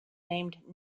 named